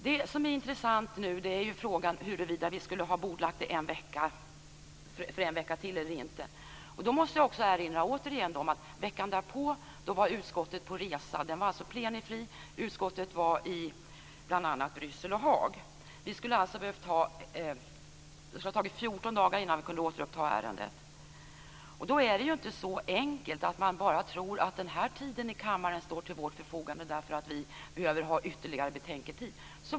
Det intressanta nu är huruvida vi skulle ha bordlagt ärendet en vecka till eller inte. Då måste jag återigen erinra om att veckan därpå var utskottet på resa. Veckan var plenifri, och utskottet var i bl.a. Bryssel och Haag. Det hade tagit 14 dagar innan vi hade kunnat återuppta ärendet. Det är inte så enkelt att man kan tro att tiden i kammaren står till vårt förfogande för att vi behöver ytterligare betänketid.